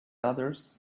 others